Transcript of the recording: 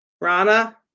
Rana